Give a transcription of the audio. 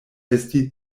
esti